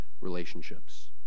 relationships